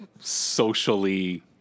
socially